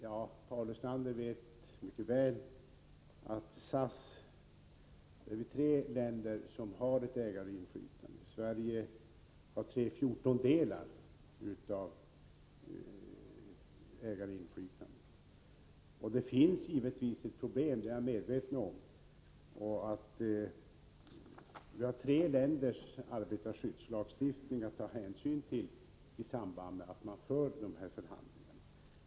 Ja, Paul Lestander vet mycket väl att det är tre länder som har ägarinflytande i SAS. Sverige har tre fjortondelar av ägarinflytandet. Det finns givetvis ett problem härvidlag— det är jag medveten om. Vi har ju tre länders arbetarskyddslagstiftning att ta hänsyn till i samband med förhandlingarna i detta sammanhang.